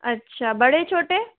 अच्छा बड़े छोटे